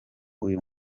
uyu